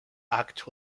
act